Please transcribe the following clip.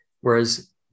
whereas